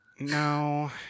No